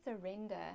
surrender